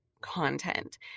content